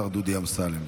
השר דודי אמסלם.